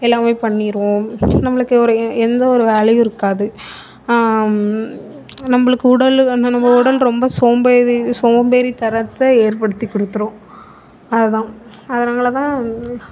எல்லாம் பண்ணிவிடும் நம்மளுக்கு ஒரு எந்த ஒரு வேலையும் இருக்காது நம்மளுக்கு உடல் நம்ம உடல் வந்து ரொம்ப சோம்பேறி சோம்பேறித்தனத்தை ஏற்படுத்தி கொடுத்துடும் அதுதான் அதனாலதான்